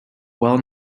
well